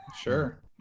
Sure